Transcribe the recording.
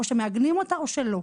או שמעגנים אותה או שלא.